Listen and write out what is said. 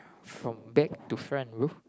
from back to front bro